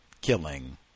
killing